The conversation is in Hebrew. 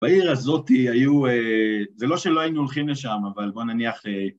בעיר הזאת היו... זה לא שלא היינו הולכים לשם, אבל בוא נניח...